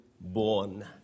born